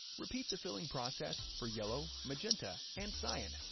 repeat the filling process for yellow, magenta, and cyan,